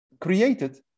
created